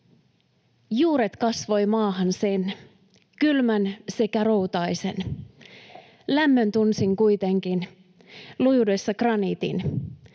”Juuret kasvoi maahan sen, kylmän sekä routaisen. Lämmön tunsin kuitenkin lujuudessa graniitin.”